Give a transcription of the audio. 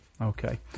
okay